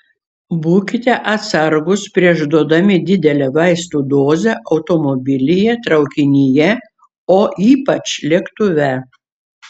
būkite atsargūs prieš duodami didelę vaistų dozę automobilyje traukinyje o ypač lėktuve